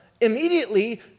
immediately